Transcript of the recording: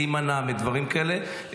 להימנע מדברים כאלה.